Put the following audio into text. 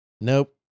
Nope